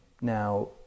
Now